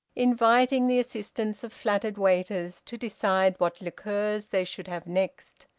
inviting the assistance of flattered waiters to decide what liqueurs they should have next.